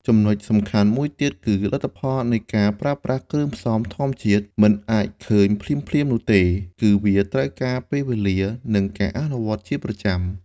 ចំណុចសំខាន់មួយទៀតគឺ លទ្ធផលនៃការប្រើប្រាស់គ្រឿងផ្សំធម្មជាតិមិនអាចឃើញភ្លាមៗនោះទេ គឺវាត្រូវការពេលវេលា និងការអនុវត្តជាប្រចាំ។